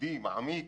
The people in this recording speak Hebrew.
ייעודי מעמיק